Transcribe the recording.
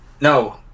No